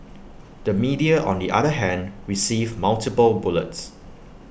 the media on the other hand received multiple bullets